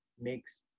makes